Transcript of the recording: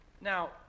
Now